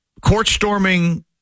court-storming